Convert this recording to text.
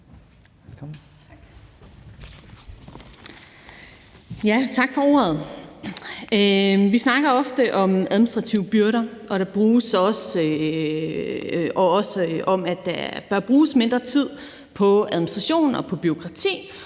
Tak for ordet. Vi snakker ofte om administrative byrder og også om, at der bør bruges mindre tid på administration og på bureaukrati,